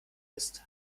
ist